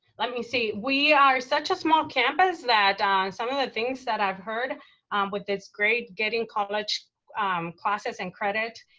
let me see, we are such a small campus that some of the things that i've heard with this grade, getting college classes and credit,